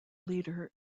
leader